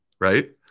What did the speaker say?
right